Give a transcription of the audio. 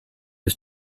has